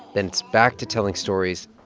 then it's back to telling stories.